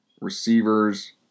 Receivers